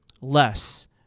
less